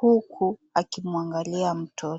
huku akimuangalia mtoto.